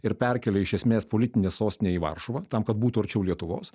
ir perkėlė iš esmės politinę sostinę į varšuvą tam kad būtų arčiau lietuvos